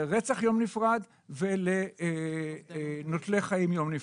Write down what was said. לרצח יום נפרד ולנוטלי חיים יום אחד.